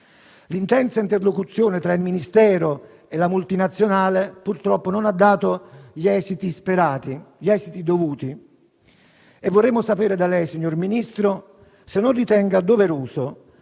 L'intensa interlocuzione tra il Ministero e la multinazionale, purtroppo, non ha dato gli esiti dovuti e vorremmo sapere da lei, signor Ministro, se non ritenga doveroso